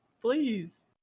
please